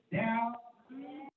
down